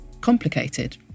complicated